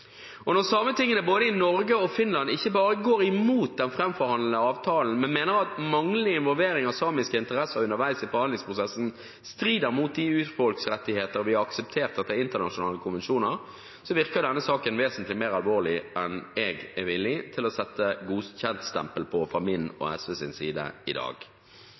Og når sametingene både i Norge og i Finland ikke bare går imot den framforhandlede avtalen, men mener at manglende involvering av samiske interesser underveis i forhandlingsprosessen strider mot de urfolksrettighetene vi har akseptert etter internasjonale konvensjoner, virker denne saken vesentlig mer alvorlig enn jeg er villig til å sette godkjentstempel på fra min og SVs side i dag.